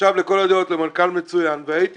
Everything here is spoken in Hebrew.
שנחשב לכל הדעות למנכ"ל מצוין והייתי